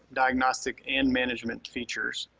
diagnostic and management features.